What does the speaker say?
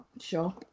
sure